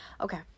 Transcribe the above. okay